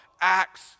acts